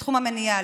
בתחום המניעה,